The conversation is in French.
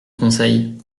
conseil